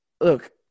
look